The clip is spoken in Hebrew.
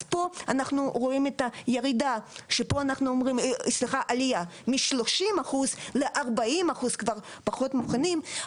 אז פה אנחנו רואים את העלייה מ-30% ל-40% שכבר פחות מוכנים.